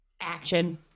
action